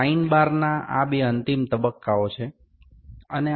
તેથી sine bar ના આ બે અંતિમ તબક્કાઓ છે